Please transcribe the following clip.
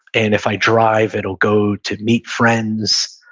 and if i drive, it'll go to meet friends.